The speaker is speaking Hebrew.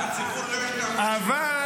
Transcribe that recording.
הציבור לא ישכח את 7 באוקטובר.